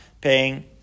paying